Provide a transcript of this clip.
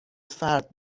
فرد